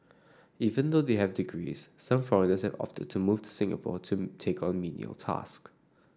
even though they have degrees some foreigners have opted to move to Singapore to take on menial task